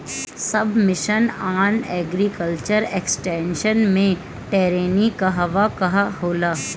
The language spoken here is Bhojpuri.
सब मिशन आन एग्रीकल्चर एक्सटेंशन मै टेरेनीं कहवा कहा होला?